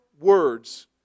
words